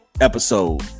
episode